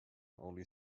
only